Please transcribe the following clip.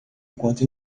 enquanto